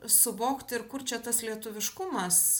suvokti ir kur čia tas lietuviškumas